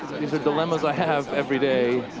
these are dilemmas i have every day.